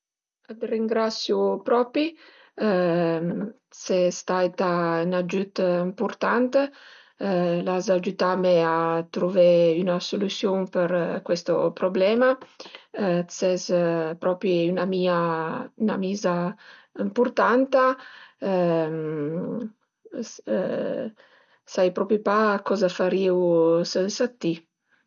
T'ringrasiu propi, ses staita ün agiüt impurtant, l'as agiütame a truvé üna solüsiun për cuesto problema, ses propi üna amìa, ün'amiza ëmpurtanta sai propi pa coza farìa sensa d'ti